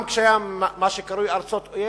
גם מה שקרוי "ארצות אויב".